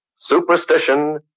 Superstition